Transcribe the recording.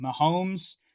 Mahomes